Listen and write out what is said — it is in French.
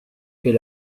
est